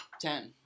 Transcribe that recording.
Ten